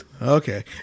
Okay